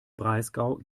breisgau